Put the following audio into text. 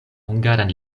hungaran